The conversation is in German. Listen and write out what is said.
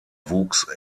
wuchs